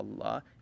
Allah